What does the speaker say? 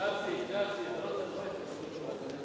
הקשבתי, הקשבתי.